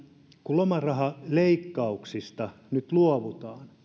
kun lomarahaleikkauksista nyt luovutaan